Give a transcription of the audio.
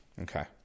Okay